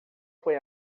foi